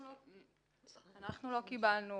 אנחנו לא קיבלנו